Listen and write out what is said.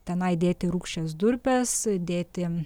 tenai dėti rūgščias durpes dėti